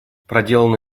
проделана